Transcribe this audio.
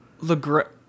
LaGrange